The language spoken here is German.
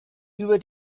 über